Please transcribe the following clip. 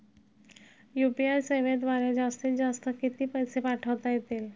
UPI सेवेद्वारे जास्तीत जास्त किती पैसे पाठवता येतील?